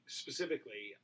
specifically